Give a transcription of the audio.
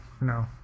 no